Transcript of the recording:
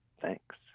thanks